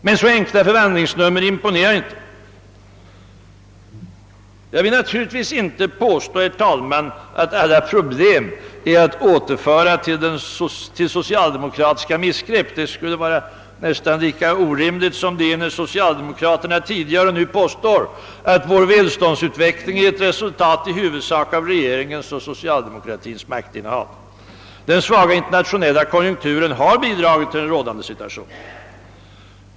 Men så enkla förvandlingsnummer imponerar inte. Jag vill naturligtvis inte påstå, herr talman, att alla problem är att återföra till socialdemokratiska missgrepp — det skulle nästan vara lika orimligt som det är när socialdemokraterna nu och tidigare påstår att vår välståndsutveckling i huvudsak är ett resultat av regeringens och den övriga socialdemokratins maktinnehav. Den svaga internationella konjunkturen har bidragit till den rådande situationen.